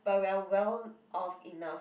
but we are well of enough